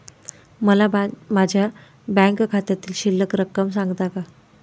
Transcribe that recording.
मला माझ्या बँक खात्यातील शिल्लक रक्कम सांगता का?